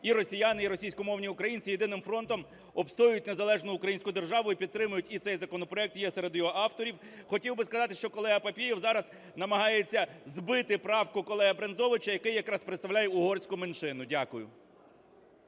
і росіяни, і російськомовні українці єдиним фронтом обстоюють незалежну українську державу і підтримують і цей законопроект, є серед його авторів. Хотів би сказати, що колега Папієв зараз намагається збити правку колеги Брензовича, який якраз представляє угорську меншину. Дякую.